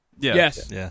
Yes